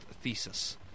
thesis